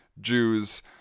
jews